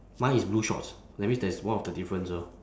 mine is blue shorts that means there is one of the difference lor